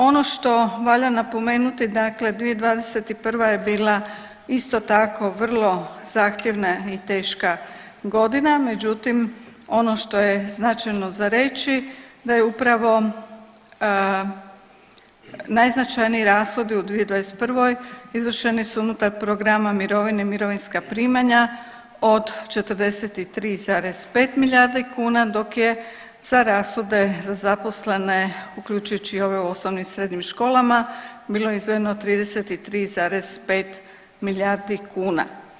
Ono što valja napomenuti, dakle 2021. je bila isto tako vrlo zahtjevna i teška godina, međutim, ono što je značajno za reći da je upravo najznačajniji rashodi u 2021. izvršeni su unutar programa mirovine i mirovinska primanja od 43,5 milijardi kuna, dok je za rashode za zaposlene, uključujući i ove u osnovnim i srednjim školama bilo izdvojeno 33,5 milijardi kuna.